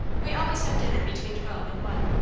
we always have dinner between twelve and one.